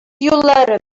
юллары